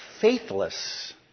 faithless